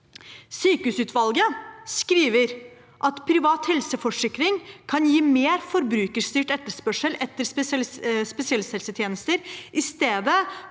Sykehusutvalget skriver at «privat helseforsikring kan gi mer forbrukerstyrt etterspørsel etter spesialisthelsetjenester,